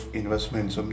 investments